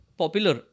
popular